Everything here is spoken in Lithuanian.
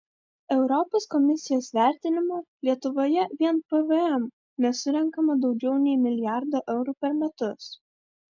europos komisijos vertinimu lietuvoje vien pvm nesurenkama daugiau nei milijardo eurų per metus